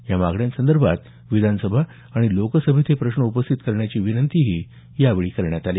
या मागण्यांसदर्भात विधानसभा आणि लोकसभेत हे प्रश्न उपस्थित करण्याची विनंतीही यावेळी करण्यात आली